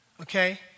okay